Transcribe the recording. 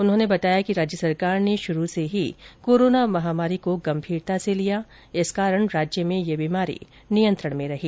उन्होंने बताया कि राज्य सरकार ने शुरू से ही कोरोना महामारी को गंभीरता से लिया जिस कारण राज्य में यह बीमारी नियंत्रण में रही